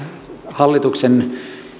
hallituksen